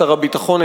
שר הביטחון,